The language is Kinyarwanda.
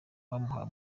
wamuhaye